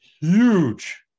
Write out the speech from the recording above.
huge